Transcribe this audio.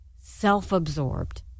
self-absorbed